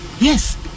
Yes